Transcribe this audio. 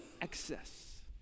excess